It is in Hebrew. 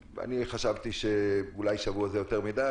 חשבתי שאולי שבוע זה יותר מדיי,